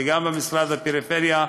וגם במשרד הפריפריה,